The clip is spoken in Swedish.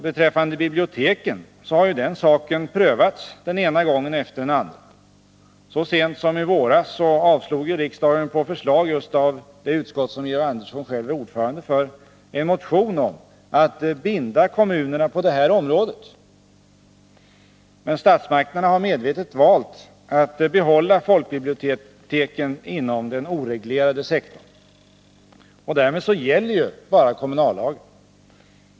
Beträffande biblioteken har den saken prövats den ena gången efter den andra. Så sent som i våras avslog riksdagen — på förslag av just det utskott där Georg Andersson själv är ordförande — en motion om att binda kommunerna på det området. Men statsmakterna har medvetet valt att behålla folkbiblioteken inom den oreglerade sektorn, och därmed gäller bara kommunallagen.